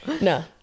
No